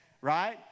right